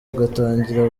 ugatangira